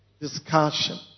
discussion